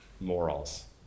morals